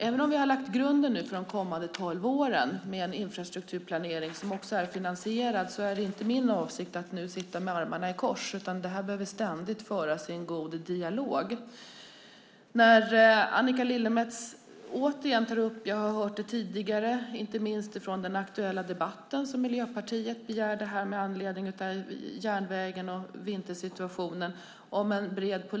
Även om vi har lagt grunden för de kommande tolv åren med en infrastrukturplanering, som också är finansierad, är det inte min avsikt att sitta med armarna i kors. Det behöver ständigt föras en god dialog. Annika Lillemets tar åter upp frågan som jag hört förr om en bred politisk uppgörelse. Det togs inte minst upp i den aktuella debatten som Miljöpartiet begärde med anledning av järnvägens vintersituation.